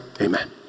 amen